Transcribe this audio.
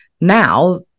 now